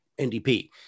NDP